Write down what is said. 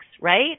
right